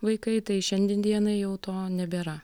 vaikai tai šiandien dienai jau to nebėra